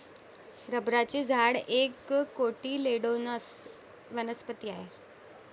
रबराचे झाड एक कोटिलेडोनस वनस्पती आहे